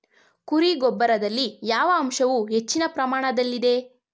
ಕುರಿ ಗೊಬ್ಬರದಲ್ಲಿ ಯಾವ ಅಂಶವು ಹೆಚ್ಚಿನ ಪ್ರಮಾಣದಲ್ಲಿದೆ?